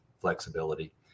flexibility